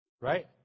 right